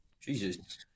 Jesus